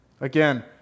Again